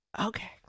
Okay